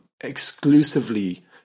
exclusively